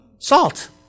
Salt